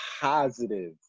positive